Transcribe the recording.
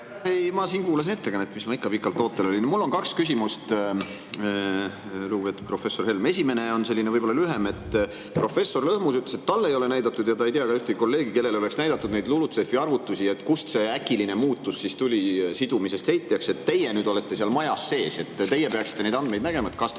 Ei, ma kuulasin ettekannet, mis ma ikka pikalt ootel olin. Mul on kaks küsimust, lugupeetud professor Helm. Esimene on võib-olla lühem. Professor Lõhmus ütles, et talle ei ole näidatud ja ta ei tea ka ühtegi kolleegi, kellele oleks näidatud neid LULUCF‑i arvutusi, et kust see äkiline muutus siis tuli sidujast heitjaks. Teie olete seal majas sees, teie peaksite neid andmeid nägema. Kas te olete neid